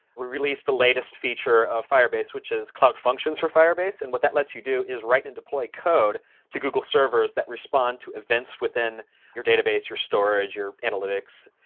we released the latest feature of firebase which is cloud functions for firebase. and what that lets you do is write and deploy code to google servers that respond to events within your database, your storage, your analytics.